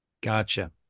Gotcha